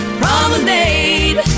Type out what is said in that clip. promenade